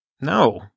No